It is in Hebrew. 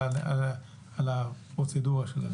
הפרוצדורה.